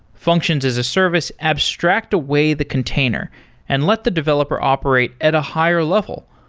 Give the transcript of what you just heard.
function as as a service abstract away the container and let the developer operate at a higher level,